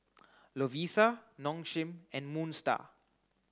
Lovisa Nong Shim and Moon Star